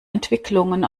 entwicklungen